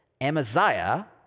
Amaziah